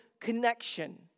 connection